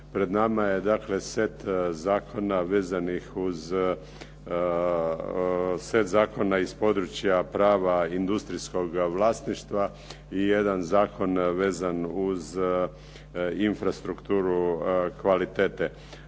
vezanih uz set zakona iz područja prava industrijskog vlasništva i jedan zakon vezan uz infrastrukturu kvalitete.